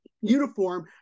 uniform